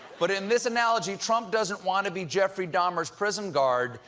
but in this analogy, trump doesn't want to be jeffrey dahmer's prison guard.